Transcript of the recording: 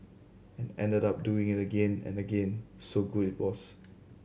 and ended up doing it again and again so good it was